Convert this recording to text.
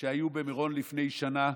שהיו במירון לפני שנה,